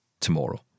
tomorrow